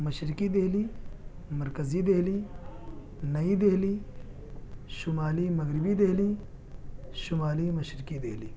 مشرقی دہلی مرکزی دہلی نئی دہلی شمالی مغربی دہلی شمالی مشرقی دہلی